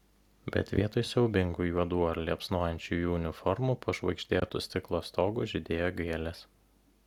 bet vietoj siaubingų juodų ar liepsnojančių jų uniformų po žvaigždėtu stiklo stogu žydėjo gėlės